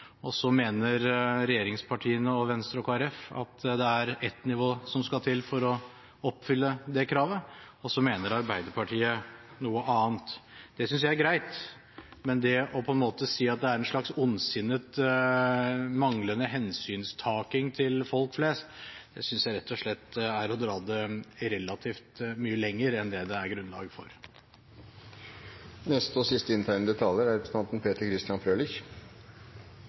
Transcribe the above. Så mener regjeringspartiene og Venstre og Kristelig Folkeparti at det er ett nivå som skal til for å oppfylle kravet, og så mener Arbeiderpartiet noe annet. Det synes jeg er greit. Men det å si at det er en slags ondsinnet manglende hensyntaking til folk flest, synes jeg rett og slett er å dra det relativt mye lenger enn det det er grunnlag